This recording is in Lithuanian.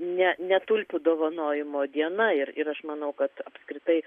ne ne tulpių dovanojimo diena ir aš manau kad apskritai